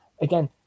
again